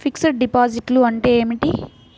Fixed డిపాజిట్లు అంటే ఏమిటి?